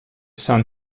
san